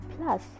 plus